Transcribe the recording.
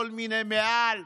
כל מיני מעל.